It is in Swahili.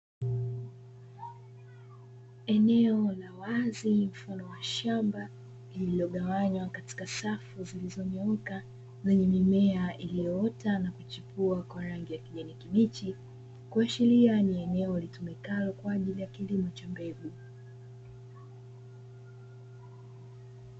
Eneo la wazi mfano wa shamba lililogawanywa katika safu zilizonyooka lenye mimea iliyoota na kuchipua kwa rangi ya kijani kibichi, kuashiria ni eneo litumikalo kwa ajili ya kilimo cha mbegu.